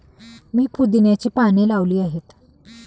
मी पुदिन्याची पाने लावली आहेत